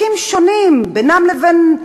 חוקים שונים, בינם לבין,